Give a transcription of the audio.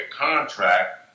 contract